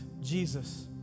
Jesus